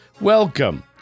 Welcome